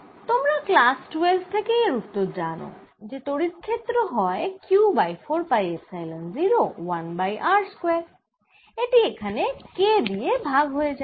তোমরা ক্লাস ১২ থেকেই এর উত্তর জানো যে তড়িৎ ক্ষেত্র হয় Q by 4 pi epsilon 0 1 by r square এটি এখানে K দিয়ে ভাগ হয়ে যায়